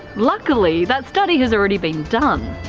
luckily, that study has already been done.